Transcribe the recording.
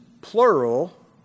plural